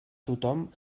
tothom